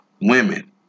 women